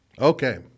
Okay